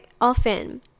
often